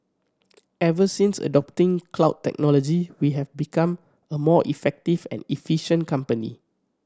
ever since adopting cloud technology we have become a more effective and efficient company